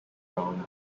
round